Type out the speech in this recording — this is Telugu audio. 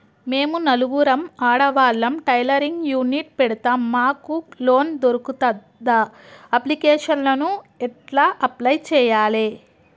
మేము నలుగురం ఆడవాళ్ళం టైలరింగ్ యూనిట్ పెడతం మాకు లోన్ దొర్కుతదా? అప్లికేషన్లను ఎట్ల అప్లయ్ చేయాలే?